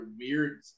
weird